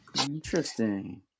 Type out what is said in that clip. Interesting